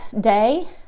day